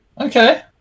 Okay